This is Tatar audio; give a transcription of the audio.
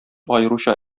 аеруча